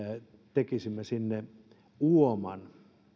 tekisimme sinne uoman